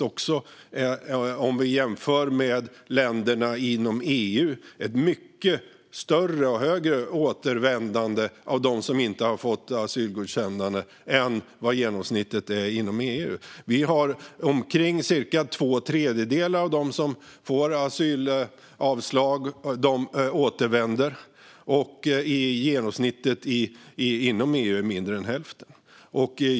Om vi jämför med länderna inom EU har vi ett mycket högre återvändande av dem som inte fått asylgodkännande än vad genomsnittet är inom EU. Omkring två tredjedelar av dem som får avslag här återvänder, medan genomsnittet inom EU är mindre än hälften.